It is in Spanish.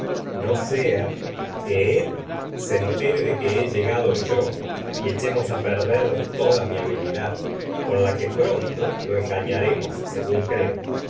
no sea que él se entere de que he llegado con echemos lo a perder toda mi habili según creo dad la que es pronto engañaremos deber tuyo